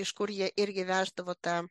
iš kur jie irgi veždavo tą